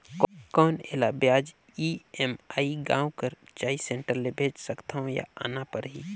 कौन एला ब्याज ई.एम.आई गांव कर चॉइस सेंटर ले भेज सकथव या आना परही?